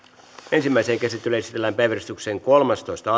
ensimmäiseen käsittelyyn esitellään päiväjärjestyksen kuudestoista